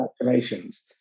congratulations